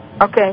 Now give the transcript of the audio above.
Okay